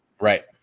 Right